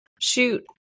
Shoot